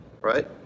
right